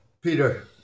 Peter